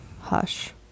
hush